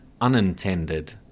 unintended